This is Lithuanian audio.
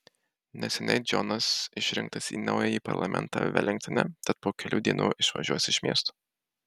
neseniai džonas išrinktas į naująjį parlamentą velingtone tad po kelių dienų išvažiuos iš miesto